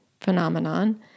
phenomenon